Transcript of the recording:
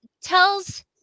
tells